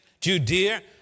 Judea